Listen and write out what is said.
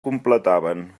completaven